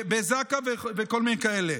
בזק"א ובכל מיני כאלה.